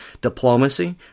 diplomacy